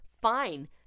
fine